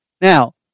Now